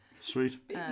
sweet